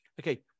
okay